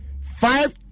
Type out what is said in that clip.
Five